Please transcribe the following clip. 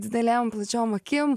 didelėm plačiom akim